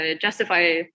justify